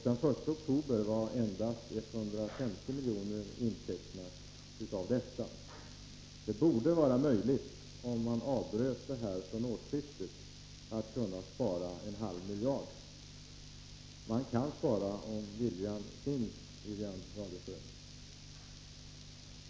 Den 1 oktober var endast 150 milj. intecknat av detta belopp. Om man avbröt detta från årsskiftet borde det vara möjligt att kunna spara en halv miljard. Man kan spara om viljan finns, Wivi-Anne Radesjö!